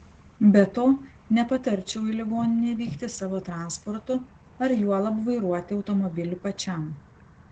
be to nepatarčiau į ligoninę vykti savo transportu ar juolab vairuoti automobilį pačiam